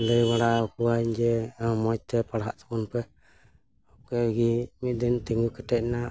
ᱞᱟᱹᱭ ᱵᱟᱲᱟᱣ ᱠᱚᱣᱟᱹᱧ ᱡᱮ ᱢᱚᱡᱽ ᱛᱮ ᱯᱟᱲᱦᱟᱜ ᱛᱟᱵᱚᱱ ᱯᱮ ᱚᱱᱠᱟᱜᱮ ᱢᱤᱫ ᱫᱤᱱ ᱛᱤᱸᱜᱩ ᱠᱮᱴᱮᱡ ᱨᱮᱱᱟᱜ